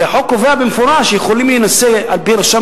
כי החוק קובע במפורש שיכולים להינשא על-פי רשם